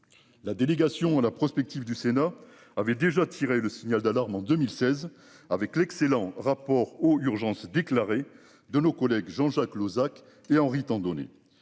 La délégation à la Prospective du Sénat avait déjà tiré le signal d'alarme en 2016 avec l'excellent rapport au urgences déclaré de nos collègues Jean-Jacques Lozach et Henri Tandonnet